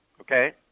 okay